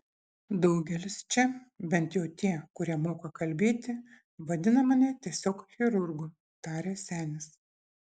daugelis čia bent jau tie kurie moka kalbėti vadina mane tiesiog chirurgu tarė senis